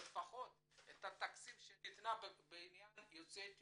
לפחות את התקציב שניתן בעניין יוצאי אתיופיה,